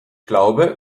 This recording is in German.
glaube